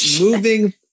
moving